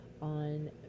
on